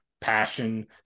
passion